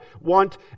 want